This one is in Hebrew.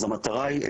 אז המטרה היא,